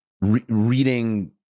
reading